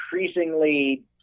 increasingly